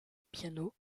piano